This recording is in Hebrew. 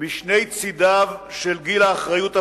משני צדיו של גיל האחריות הפלילית,